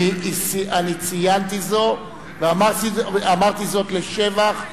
אני ציינתי זאת ואמרתי זאת לשבח.